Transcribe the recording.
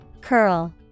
Curl